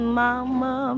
mama